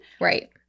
Right